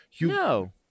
no